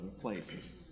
places